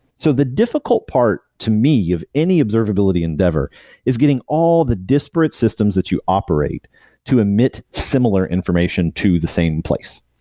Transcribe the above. so the difficult part to me of any observability endeavor is getting all the disparate systems that you operate to emit similar information to the same place.